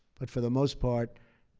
but for the most part,